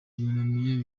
yunamiye